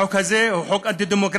החוק הזה הוא חוק אנטי-דמוקרטי,